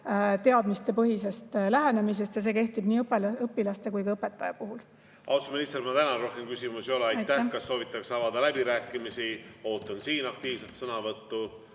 teadmistepõhisest lähenemisest ja see kehtib nii õpilaste kui ka õpetajate puhul. Austatud minister, ma tänan! Rohkem küsimusi ei ole. Kas soovitakse avada läbirääkimisi? Ootan siin aktiivset sõnavõttu.